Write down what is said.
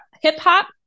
hip-hop